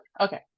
okay